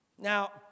Now